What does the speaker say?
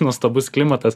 nuostabus klimatas